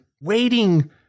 waiting